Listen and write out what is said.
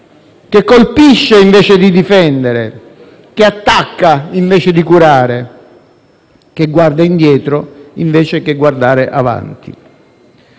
che colpisce invece di difendere; che attacca invece di curare; che guarda indietro invece che guardare avanti.